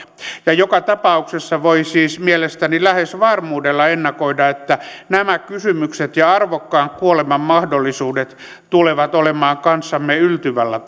ja joka tapauksessa voi siis mielestäni lähes varmuudella ennakoida että nämä kysymykset ja arvokkaan kuoleman mahdollisuudet tulevat olemaan kanssamme yltyvällä